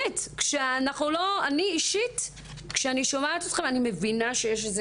כשאני שומעת אתכם אני מבינה שיש איזה